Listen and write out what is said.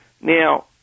now